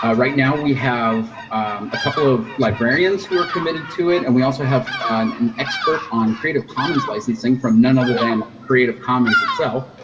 ah right now we have a couple of librarians who are committed to it, and we also have an expert on creative commons licensing from none other than creative commons itself.